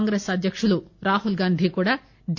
కాంగ్రెస్ అధ్యక్తుడు రాహుల్గాంధీ కూడా డి